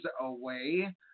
away